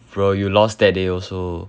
bro you lost that day also